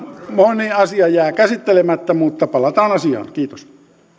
moni asia jää käsittelemättä mutta palataan asiaan kiitos